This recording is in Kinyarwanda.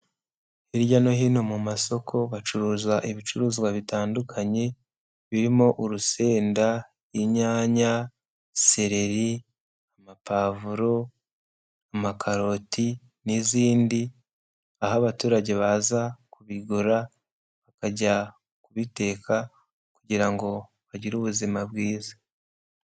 Hirya no hino mu masoko bacuruza ibicuruzwa bitandukanye birimo urusenda, inyanya, sereri, amapavuro, amakaroti n'izindi aho abaturage baza kubigura bakajya kubiteka kugira ngo bagire ubuzima bwiza.